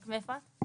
רק מאיפה את?